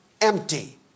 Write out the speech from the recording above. empty